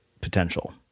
potential